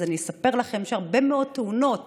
אז אני אספר לכם שהרבה מאוד תאונות